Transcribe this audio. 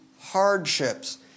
hardships